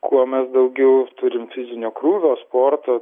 kuo mes daugiau turim fizinio krūvio sporto